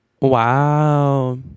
wow